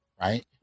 right